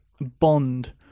bond